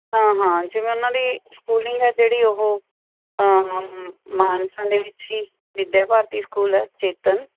ਹਾਂ ਹਾਂ ਜਿਵੇਂ ਉਹਨਾਂ ਦੀ ਸਕੂਲਿੰਗ ਹੈ ਜਿਹੜੀ ਉਹ ਮਾਨਸਾ ਦੇ ਵਿੱਚ ਹੀ ਵਿੱਦਿਆ ਭਾਰਤੀ ਸਕੂਲ ਹੈ ਚੇਤਨ